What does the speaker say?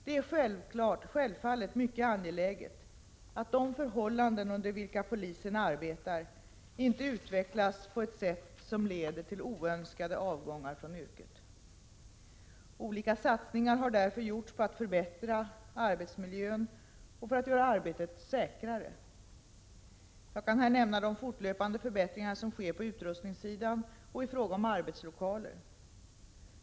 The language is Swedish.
Det är självfallet mycket angeläget att de förhållanden under vilka polisen arbetar inte utvecklas på ett sätt som leder till oönskade avgångar från yrket. Olika satsningar har därför gjorts på att förbättra arbetsmiljön och för att göra arbetet säkrare. Jag kan här nämna de fortlöpande förbättringar som sker på utrustningssidan och i fråga om arbetslokaler.